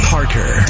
Parker